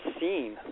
seen